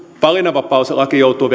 valinnanvapauslaki joutuu